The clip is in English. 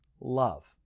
love